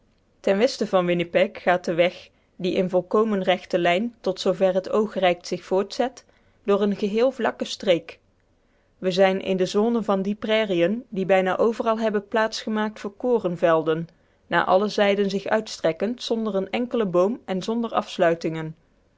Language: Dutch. ten westen van winnipeg gaat de weg die in volkomen rechte lijn tot zoo ver het oog reikt zich voortzet door eene geheel vlakke streek we zijn in de zone van die prairieën die bijna overal hebben plaats gemaakt voor korenvelden naar alle zijden zich uitstrekkend zonder een enkelen boom en zonder afsluitingen